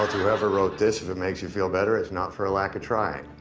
whoever wrote this, if it makes you feel better, it's not for a lack of trying.